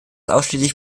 ausschließlich